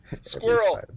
Squirrel